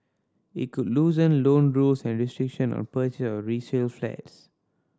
it could loosen loan rules and restriction on purchase of resale flats